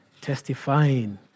testifying